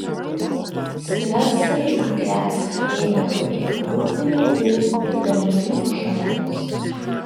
stresai gresia jei ne dėl reikalų pinigų tai dėl mylimo žmogaus